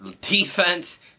defense